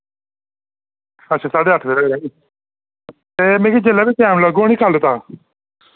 अच्छा साड्डे अट्ठ बजे तक हैनी ए मिगी जिल्लै बी टैम लग्गुग नी कल तां